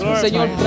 Señor